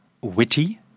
witty